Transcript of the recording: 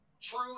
true